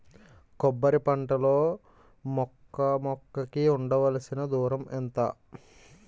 కొబ్బరి పంట లో మొక్క మొక్క కి ఉండవలసిన దూరం ఎంత